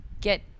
get